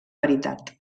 paritat